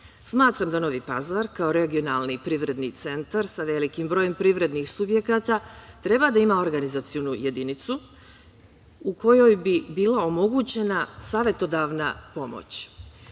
Smatram da Novi Pazar kao regionalni privredni centar sa velikim brojem privrednih subjekata treba da ima organizacionu jedinicu u kojoj bi bila omogućena savetodavna